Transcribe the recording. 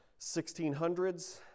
1600s